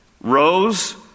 rose